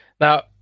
Now